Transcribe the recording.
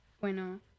bueno